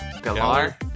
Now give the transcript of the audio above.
Galar